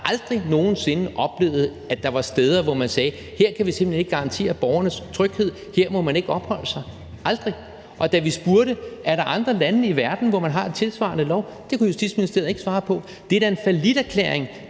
aldrig nogen sinde oplevet, at der var steder, hvor man sagde, at her kan vi simpelt hen ikke garantere borgernes tryghed, og at her må man ikke opholde sig – aldrig. Og da vi spurgte, om der er andre lande i verden, hvor man har en tilsvarende lov, kunne Justitsministeriet ikke svare på det. Det er da en falliterklæring.